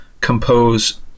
compose